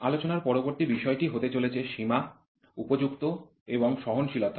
আলোচনার পরবর্তী বিষয়টি হতে চলেছে সীমা উপযুক্ত এবং সহনশীলতা